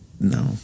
no